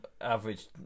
average